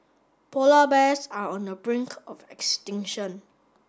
polar bears are on the brink of extinction